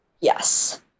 Yes